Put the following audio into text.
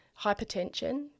hypertension